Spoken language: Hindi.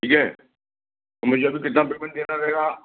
ठीक है तो मुझे अभी कितना पेमेंट देना रहेगा